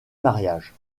mariage